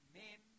men